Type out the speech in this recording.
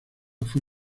fue